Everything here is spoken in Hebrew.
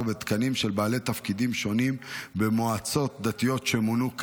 ותקנים של בעלי תפקידים שונים במועצות הדתיות שמונו כדין,